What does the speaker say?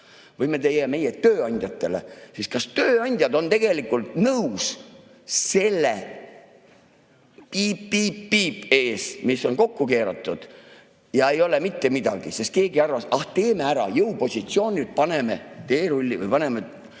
või me teeme meie tööandjatele? Kas tööandjad on tegelikult nõus selle piip-piip-piip eest, mis on kokku keeratud, ja ei ole mitte midagi? Sest keegi arvas, ah, teeme ära, jõupositsioonil paneme teerulli või paneme